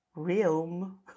realm